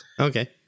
Okay